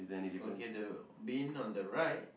okay the bin on the right